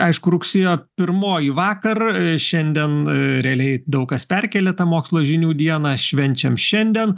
aišku rugsėjo pirmoji vakar šiandien realiai daug kas perkėlė tą mokslo žinių dieną švenčiam šiandien